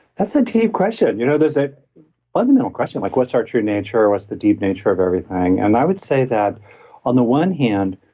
that's a deep question. you know there's a fundamental question like what's our true nature, what's the deep nature of everything? and i would say that on the one hand,